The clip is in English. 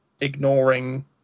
ignoring